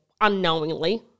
unknowingly